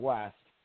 West